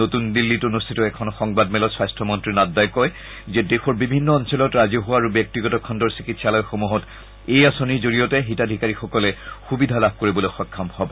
নতুন দিল্লীত অনুষ্ঠিত এখন সংবাদমেলত স্বাস্থ্য মন্ত্ৰী নড্ডাই কয় যে দেশৰ বিভিন্ন অঞ্চলত ৰাজহুৱা আৰু ব্যক্তিগত খণ্ডৰ চিকিৎসালয়সমূহত এই আঁচনিৰ জৰিয়তে হিতাধিকাৰীসকলে সুবিধা লাভ কৰিবলৈ সক্ষম হৈছে